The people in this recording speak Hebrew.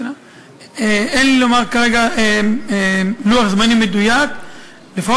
אין לי כרגע לוח זמנים מדויק לומר.